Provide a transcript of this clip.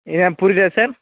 ஏன் புரியுதா சார்